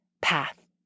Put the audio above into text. path